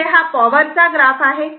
इथे हा पॉवर चा ग्राफ आहे